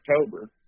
October